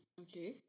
Okay